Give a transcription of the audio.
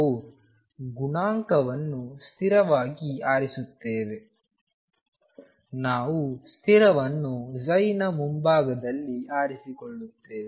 ನಾವು ಗುಣಾಂಕವನ್ನು ಸ್ಥಿರವಾಗಿ ಆರಿಸುತ್ತೇವೆ ನಾವು ಸ್ಥಿರವನ್ನು ನ ಮುಂಭಾಗದಲ್ಲಿ ಆರಿಸಿಕೊಳ್ಳುತ್ತೇವೆ